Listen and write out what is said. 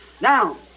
Now